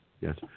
yes